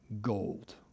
Gold